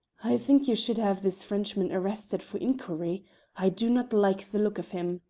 i think you should have this frenchman arrested for inquiry i do not like the look of him.